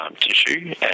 tissue